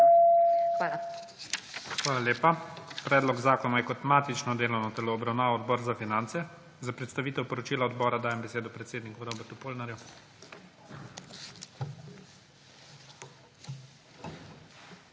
ZORČIČ: Hvala lepa. Predlog zakona je kot matično delovno telo obravnaval Odbor za finance. Za predstavitev poročila odbora dajem besedo predsedniku Robertu Polnarju. ROBERT